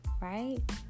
right